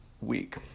week